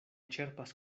ĉerpas